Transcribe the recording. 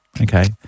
Okay